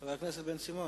חבר הכנסת דניאל